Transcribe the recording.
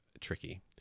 tricky